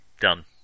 done